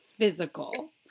physical